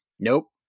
Nope